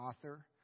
author